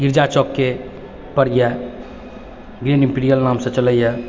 गिरिजा चौकके पर यऽ ग्रीन इम्पिरियल नामसँ चलयैए